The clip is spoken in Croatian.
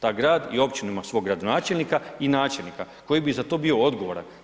Ta grad i općina ima svog gradonačelnika i načelnika koji bi za to bio odgovoran.